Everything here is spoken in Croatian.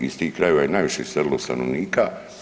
Iz tih krajeva je najviše iselilo stanovnika.